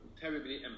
terribly